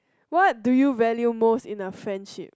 what do you value most in a friendship